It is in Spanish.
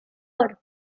oro